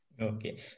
Okay